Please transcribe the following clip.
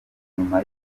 nyuma